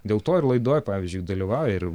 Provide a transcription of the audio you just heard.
dėl to ir laidoj pavyzdžiui dalyvauja ir